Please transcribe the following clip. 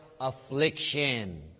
affliction